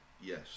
Yes